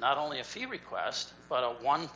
not only a few requests but one